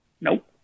Nope